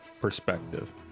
perspective